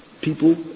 people